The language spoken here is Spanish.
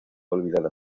olvidada